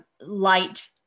light